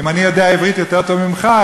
אם אני יודע עברית יותר טוב ממך,